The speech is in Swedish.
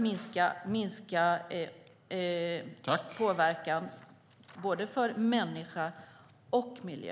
De minskar påverkan för både människa och miljö.